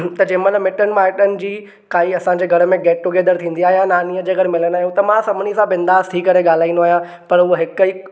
त जंहिं महिल मिटनि माइटनि जी काई असांजे घर में गेट टू गैदर थींदी आहे नानीअ जे घरु मिलंदा आहियूं त मां सभिनी सां बिंदास थी करे ॻाल्हाईंदो आहियां पर हूअं हिकु ई